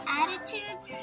attitudes